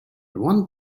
one